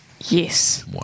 Yes